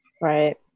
Right